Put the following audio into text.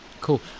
Cool